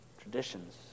Traditions